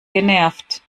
genervt